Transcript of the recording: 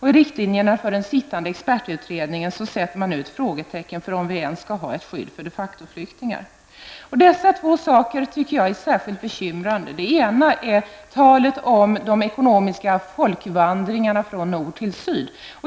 I riktlinjerna för den sittande expertutredningen sätter man nu ett frågetecken för om vi ens skall ha ett skydd för de factoflyktingar. Dessa två saker är särskilt bekymrande. Det ena är talet om ekonomiska folkvandringar från nord till syd.